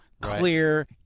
clear